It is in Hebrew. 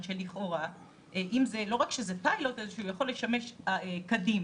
שלכאורה לא רק שזה פיילוט אלא שהוא יכול לשמש קדימה.